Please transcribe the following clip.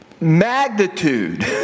magnitude